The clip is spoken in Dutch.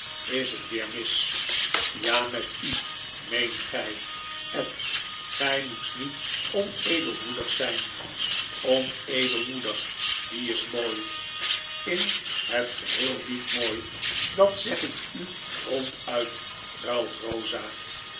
is het weer mis ja met u meent gy ed gy moest niet onedelmoedig zyn aonedelmoedig die is mooi in het geheel niet mooi dat zegikuronduit pruilt rosa